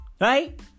Right